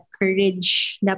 courage